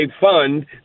fund